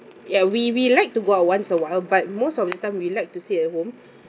ya we we like to go out once a while but most of the time we like to stay at home